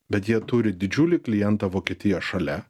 bet jie turi didžiulį klientą vokietiją šalia